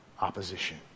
opposition